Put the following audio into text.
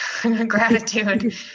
gratitude